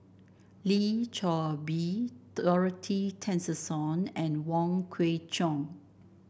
Lim Chor Pee Dorothy Tessensohn and Wong Kwei Cheong